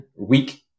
week